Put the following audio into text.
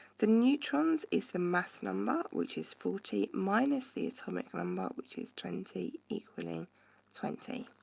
the neutrons is the mass number, which is forty, minus the atomic number, which is twenty, equaling twenty.